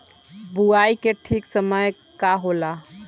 बुआई के ठीक समय का होला?